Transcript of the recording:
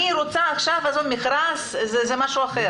אני רוצה עכשיו לעשות מכרז, זה משהו אחר.